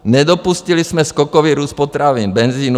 Nedopustili jsme skokový růst potravin, benzinu.